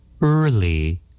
Early